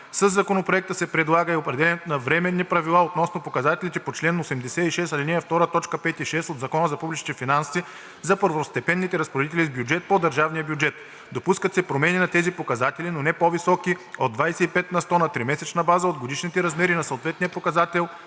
Със Законопроекта се предлага и определянето на временни правила относно показателите по чл. 86, ал. 2, т. 5 и 6 от Закона за публичните финанси за първостепенните разпоредители с бюджет по държавния бюджет – допускат се промени на тези показатели, но не по-високи от 25 на сто на тримесечна база от годишните размери на съответния показател,